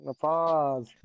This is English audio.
pause